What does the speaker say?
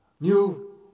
New